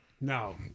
No